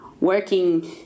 working